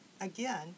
Again